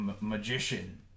magician